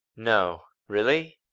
no, really?